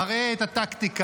מראה את הטקטיקה,